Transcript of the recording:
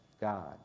God